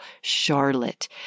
Charlotte